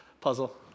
puzzle